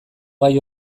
gai